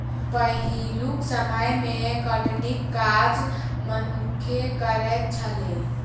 पहिलुक समय मे कटनीक काज मनुक्खे करैत छलै